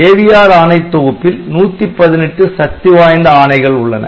AVR ஆணைத் தொகுப்பில் 118 சக்தி வாய்ந்த ஆணைகள் உள்ளன